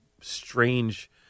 strange